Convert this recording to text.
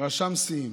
רשם שיאים.